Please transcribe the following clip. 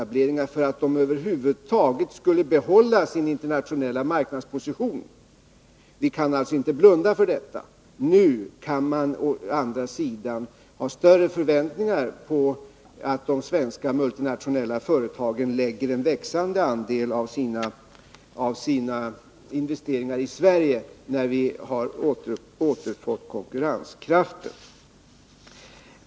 Dessa var nödvändiga för att de över huvud taget skulle kunna behålla sin internationella marknadsposition. Man kan alltså inte blunda för detta. I dag kan man å andra sidan ha större förväntningar på att de svenska multinationella företagen skall lägga en växande andel av sina investeringar i Sverige, eftersom vi nu har återfått vår konkurrenskraft.